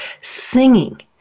singing